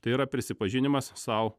tai yra prisipažinimas sau